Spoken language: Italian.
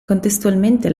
contestualmente